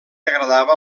agradava